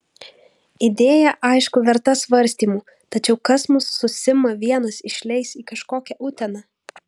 idėja aišku verta svarstymų tačiau kas mus su sima vienas išleis į kažkokią uteną